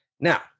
Now